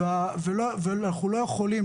ואנחנו לא יכולים,